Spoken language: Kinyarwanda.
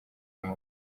umuco